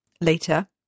later